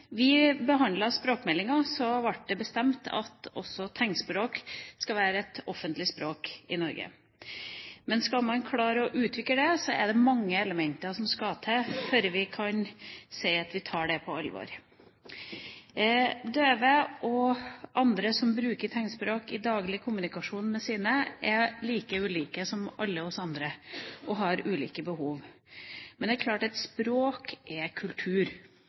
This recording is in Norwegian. vi behandlet språkmeldingen, ble det bestemt at også tegnspråk skal være et offentlig språk i Norge. Men skal man klare å utvikle det, er det mange elementer som skal til før vi kan si at vi tar det på alvor. Døve og andre som bruker tegnspråk i daglig kommunikasjon med sine, er like ulike som alle oss andre, og har ulike behov. Men det er klart at språk er kultur,